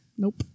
Nope